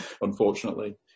unfortunately